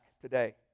today